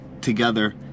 together